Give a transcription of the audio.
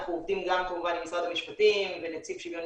אנחנו עובדים כמובן גם עם משרד המשפטים ונציג שוויון